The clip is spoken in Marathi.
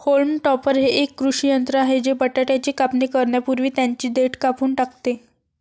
होल्म टॉपर हे एक कृषी यंत्र आहे जे बटाट्याची कापणी करण्यापूर्वी त्यांची देठ कापून टाकते